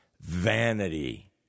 vanity